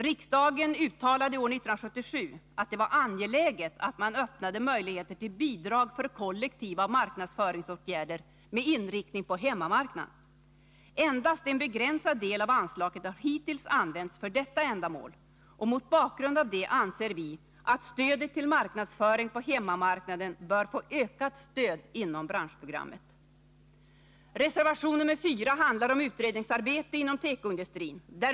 Riksdagen uttalade år 1977 att det var angeläget att man öppnade möjligheter till bidrag för kollektiva marknadsföringsåtgärder med inriktning på hemmamarknaden. Endast en begränsad del av anslaget har hittills använts för detta ändamål, och mot bakgrund av det anser vi att stödet till marknadsföring på hemmamarknaden bör få ökad vikt inom branschprogrammet. Reservation nr 4 handlar om utredningsarbete inom tekoindustrin.